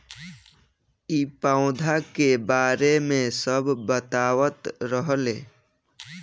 इ पौधा के बारे मे सब बतावत रहले